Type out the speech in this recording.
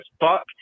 fuck